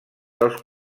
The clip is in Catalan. dels